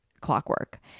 clockwork